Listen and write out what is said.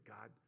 God